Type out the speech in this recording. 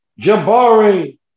Jabari